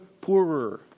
poorer